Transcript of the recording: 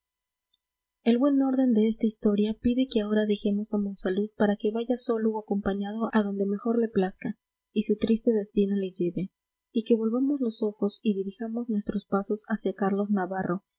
el buen orden de esta historia pide que ahora dejemos a monsalud para que vaya solo o acompañado a donde mejor le plazca y su triste destino le lleve y que volvamos los ojos y dirijamos nuestros pasos hacia carlos navarro